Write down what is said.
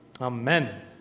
Amen